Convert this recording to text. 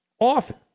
often